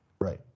Right